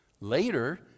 Later